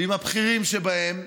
ועם הבכירים שבהם,